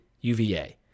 UVA